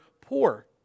poor